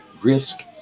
risk